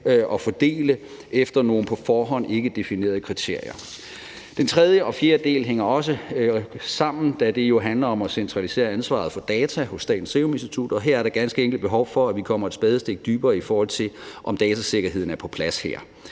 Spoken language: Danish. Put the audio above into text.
og fordele efter nogle på forhånd ikke definerede kriterier? Den tredje og den fjerde del hænger også sammen, da det jo handler om at centralisere ansvaret for data hos Statens Serum Institut, og her er der ganske enkelt behov for, at vi kommer et spadestik dybere, i forhold til om datasikkerheden er på plads,